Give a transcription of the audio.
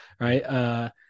right